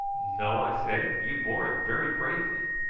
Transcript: no, i said. you bore it very bravely.